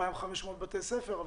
2,500 בתי ספר,